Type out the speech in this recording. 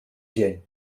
dzień